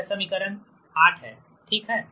यह समीकरण आठ है ठीक है